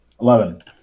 eleven